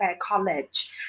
College